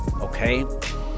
Okay